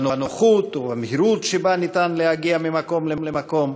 בנוחות ובמהירות שבהן אפשר להגיע ממקום למקום,